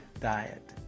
diet